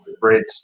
great